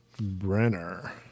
Brenner